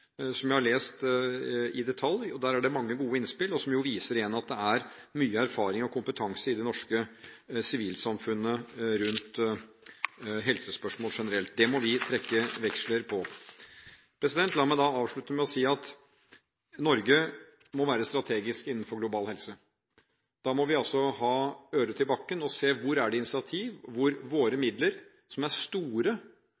som jeg har lest i detalj. Der er det mange gode innspill, som igjen viser at det er mye erfaring og kompetanse i det norske sivilsamfunnet rundt helsespørsmål generelt. Det må vi trekke veksler på. La meg avslutte med å si at Norge må være strategisk når det gjelder global helse. Da må vi ha øret til bakken og se hvor det er initiativ, hvor våre